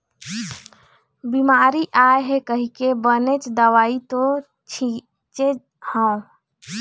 बिमारी आय हे कहिके बनेच दवई तो छिचे हव